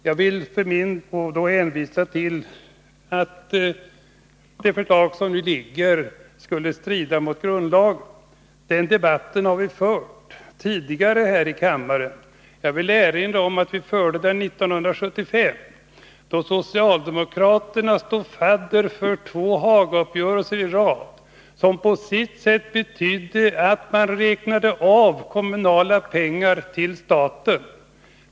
När det nu påstås att det föreliggande förslaget strider mot grundlagen, så vill jag hänvisa till att vi tidigare har fört den debatten här i kammaren. Det gjorde vi år 1975, då socialdemokraterna stod fadder för två Hagauppgörelser i rad, vilka på sitt sätt betydde att man räknade av kommunala pengar till staten.